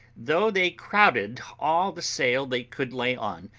though they crowded all the sail they could lay on,